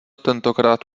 tentokrát